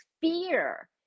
fear